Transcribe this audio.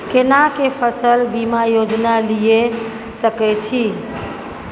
केना के फसल बीमा योजना लीए सके छी?